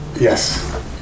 Yes